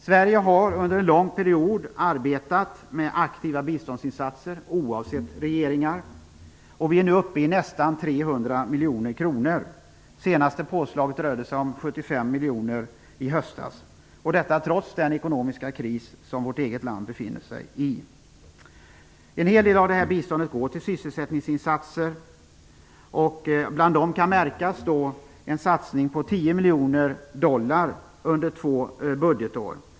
Sverige har under en lång period arbetat med aktiva biståndsinsatser oavsett regering, och vi är nu uppe i nästan 300 miljoner kronor. Senaste påslaget i höstas rörde sig om 75 miljoner - detta trots den ekonomiska kris som vårt eget land befinner sig i. En hel del av biståndet går till sysselsättningsinsatser. Bland dem märks en satsning på 10 miljoner dollar under två budgetår.